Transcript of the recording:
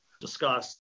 discussed